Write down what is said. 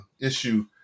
issue